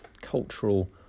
cultural